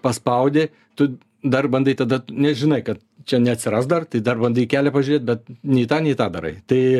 paspaudi tu dar bandai tada t nežinai kad čia neatsiras dar tai dar bandai į kelią pažiūrėt bet nei tą nei tą darai tai